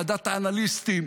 הדאטה-אנליסטים,